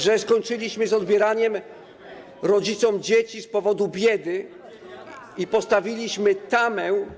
że skończyliśmy z odbieraniem rodzicom dzieci z powodu biedy i postawiliśmy tamę.